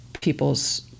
people's